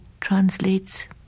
translates